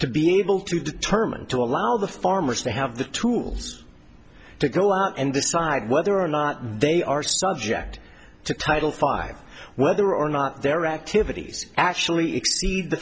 to be able to determine to allow the farmers to have the tools to go out and decide whether or not they are subject to title five whether or not their activities actually exceed the